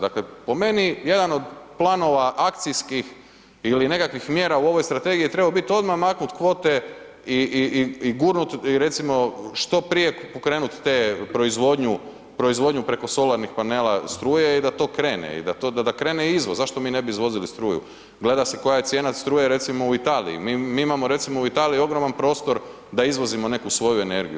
Dakle, po meni jedan od planova akcijskih ili nekakvih mjera u ovoj strategiji trebao bit odma maknut kvote i, i, i gurnut i recimo što prije pokrenut te proizvodnju, proizvodnju preko solarnih panela struje i da to krene i da to, da krene izvoz, zašto mi ne bi izvozili struju, gleda se koja je cijena struje recimo u Italiji, mi, mi imamo recimo u Italiji ogroman prostor da izvozimo neku svoju energiju.